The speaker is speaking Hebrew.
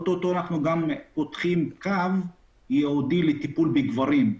עוד מעט אנחנו גם פותחים קו ייעודי לטיפול בגברים.